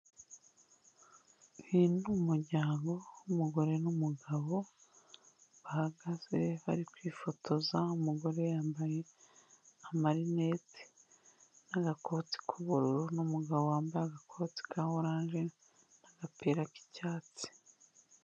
Uyu ni umuryango w'umugore n'umugabo, bahagaze bari kwifotoza, umugore yambaye amarinete n'agakoti k'ubururu n'umugabo wambaye agakoti ka oranje n'agapira k'icyatsi.